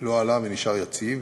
לא עלה ונשאר יציב,